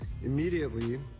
Immediately